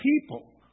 people